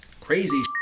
crazy